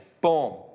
Boom